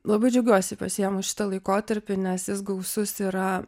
labai džiaugiuosi pasiėmus šitą laikotarpį nes jis gausus yra